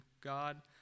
God